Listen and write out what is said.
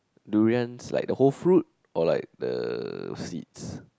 durians like the whole fruit or like the seeds